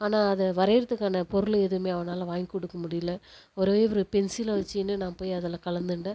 ஆனால் அதை வரையுறதுக்கான பொருள் எதுவுமே அவனால் வாங்கி கொடுக்க முடியல ஒரே ஒரு பென்சில் வச்சிக்கின்னு நான் போய் அதில் கலந்துட்டேன்